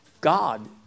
God